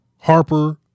Harper